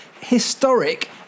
historic